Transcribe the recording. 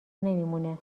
نمیمونه